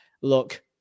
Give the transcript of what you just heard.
Look